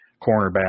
cornerback